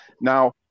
Now